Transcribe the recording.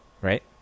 right